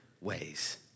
ways